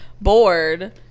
bored